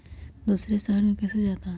दूसरे शहर मे कैसे जाता?